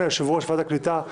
יושב-ראש ועדת הקליטה,